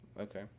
Okay